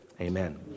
amen